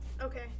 Okay